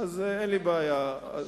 אז אין לי בעיה.